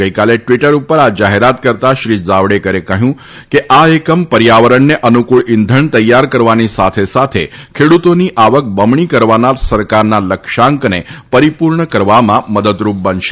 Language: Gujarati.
ગઈકાલે ટ્વિટર ઉપર આ જાહેરાત કરતા શ્રી જાવડેકરે જણાવ્યું હતું કે આ એકમ પર્યાવરણને અનુકૂળ ઈંધણ તૈયાર કરવાની સાથે સાથે ખેડૂતોની આવક બમણી કરવાના સરકારના લક્ષ્યાંકને પરિપૂર્ણ કરવામાં મદદરૂપ બનશે